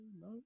No